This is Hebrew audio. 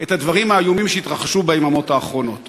את הדברים האיומים שהתרחשו ביממות האחרונות,